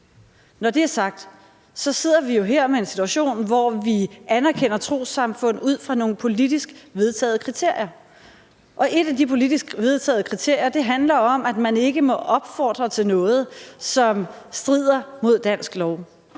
Når det er sagt, sidder vi jo her med en situation, hvor vi anerkender trossamfund ud fra nogle politisk vedtagne kriterier, og et af de politisk vedtagne kriterier handler om, at man ikke må opfordre til noget, som strider mod dansk lov.